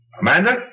Amanda